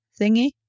thingy